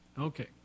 Okay